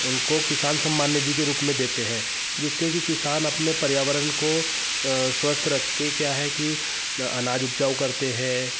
उनको किसान सम्मान निधि के रूप में देते हैं जिससे कि किसान अपने पर्यावरण को स्वस्थ रख के क्या है कि अनाज उपजाऊ करते हैं